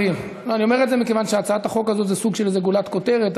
אני אומר את זה מכיוון שהצעת החוק הזאת זה סוג של איזו גולת כותרת,